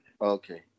Okay